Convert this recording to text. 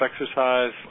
exercise